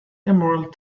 emerald